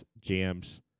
jams